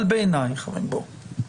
חברים בואו,